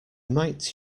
might